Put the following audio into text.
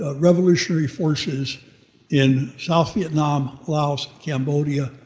ah revolutionary forces in south vietnam, laos, cambodia,